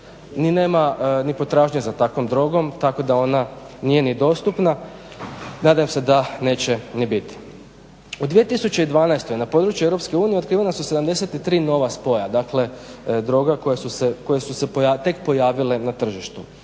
ni nema ni potražnje za takvom drogom tako da ona nije ni dostupna. Nadam se da neće ni biti. U 2012. na području EU otkrivena su 73 nova spoja, dakle droga koje su se tek pojavile na tržištu.